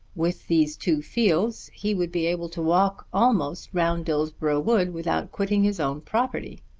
with these two fields he would be able to walk almost round dillsborough wood without quitting his own property.